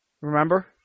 Remember